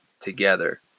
together